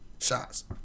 shots